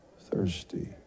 thirsty